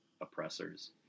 oppressors